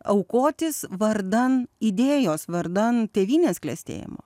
aukotis vardan idėjos vardan tėvynės klestėjimo